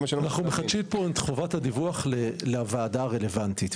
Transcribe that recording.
אנחנו מחדשים פה את חובת הדיווח לוועדה הרלוונטית.